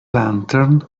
lantern